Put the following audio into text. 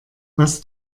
was